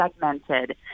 segmented